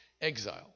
exile